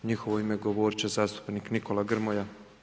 U njihovo ime govoriti će zastupnik Nikola Grmoja.